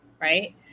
right